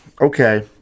Okay